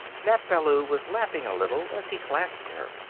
nap ballou was laughing a little as he clasped her.